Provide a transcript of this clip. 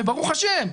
וברוך השם,